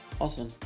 Awesome